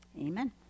Amen